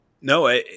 no